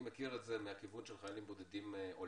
אני מכיר את זה מהכיוון של חיילים בודדים עולים,